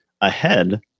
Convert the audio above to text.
ahead